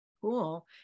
Cool